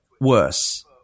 worse